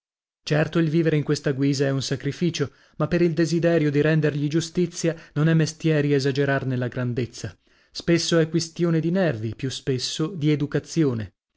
certo il vivere in questa guisa è un sacrificio ma per il desiderio di rendergli giustizia non è mestieri esagerarne la grandezza spesso è quistione di nervi più spesso di educazione